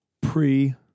pre